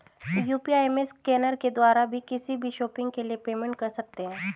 UPI में scanner के द्वारा भी किसी भी शॉपिंग के लिए पेमेंट कर सकते है